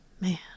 Man